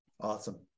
Awesome